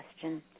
question